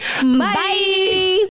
bye